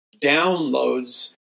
downloads